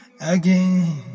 again